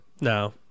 No